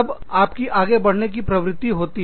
तब आपकी आगे बढ़ने की प्रवृत्ति होती